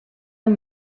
amb